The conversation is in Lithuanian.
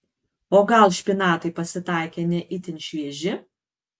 o gal špinatai pasitaikė ne itin švieži